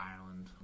Ireland